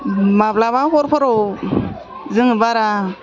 माब्लाबा हरफोराव जोङो बारा